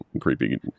creepy